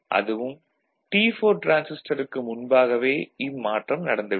அதுவும் T4 டிரான்சிஸ்டருக்கு முன்பாகவே இம்மாற்றம் நடந்து விடும்